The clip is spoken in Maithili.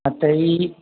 हॅं तऽ ई